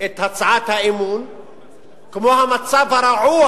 את הצעת האי-אמון כמו המצב הרעוע